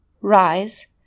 rise